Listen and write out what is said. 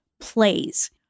plays